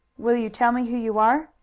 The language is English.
will you tell me who you are?